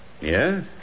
Yes